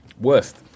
Worst